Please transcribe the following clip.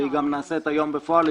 והיא גם נעשית היום בפועל,